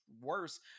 worse